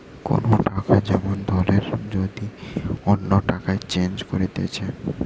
কোন টাকা যেমন দলের যদি অন্য টাকায় চেঞ্জ করতিছে